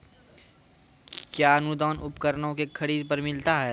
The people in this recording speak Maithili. कया अनुदान उपकरणों के खरीद पर मिलता है?